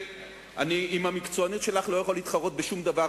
עם המקצוענות שלך אני לא יכול להתחרות בשום דבר,